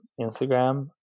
instagram